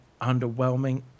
underwhelming